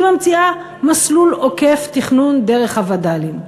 היא ממציאה מסלול עוקף תכנון דרך הווד"לים.